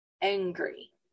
angry